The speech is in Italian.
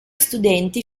studenti